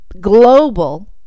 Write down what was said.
global